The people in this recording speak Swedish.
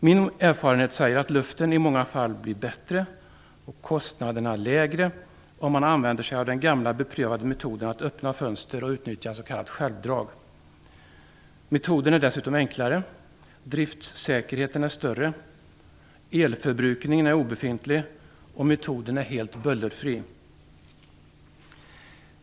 Min erfarenhet säger att luften i många fall blir bättre och kostnaderna lägre om man använder sig av den gamla beprövade metoden att öppna fönster och utnyttja s.k. självdrag. Metoden är dessutom enklare, driftssäkerheten är större, elförbrukningen är obefintlig och metoden är helt bullerfri.